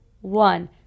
one